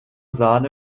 sahne